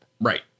Right